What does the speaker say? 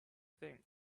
thing